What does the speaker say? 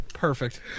Perfect